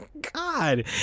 God